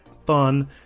fun